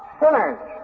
sinners